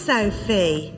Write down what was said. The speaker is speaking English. Sophie